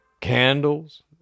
candles